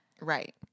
Right